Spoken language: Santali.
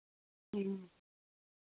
ᱦᱮᱸ